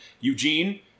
Eugene